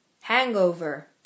hangover